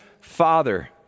father